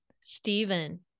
Stephen